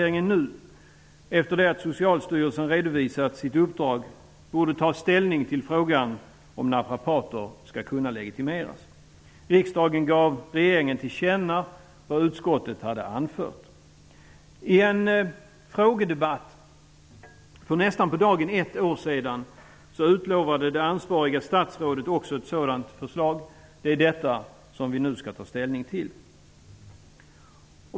I Socialstyrelsen redovisat sitt uppdrag, borde ta ställning till frågan om naprapater skall kunna legitimeras. Riksdagen gav regeringen till känna vad utskottet hade anfört. I en frågedebatt för nästan på dagen ett år sedan utlovade det ansvarige statsrådet ett förslag i frågan. Det är det förslaget som vi nu skall ta ställning till.